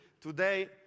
Today